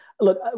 Look